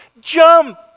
Jump